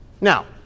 now